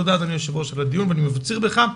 תודה אדוני היושב-ראש על הדיון ואני מבציר בך,